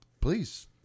please